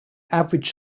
average